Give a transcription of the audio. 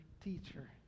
teacher